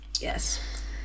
Yes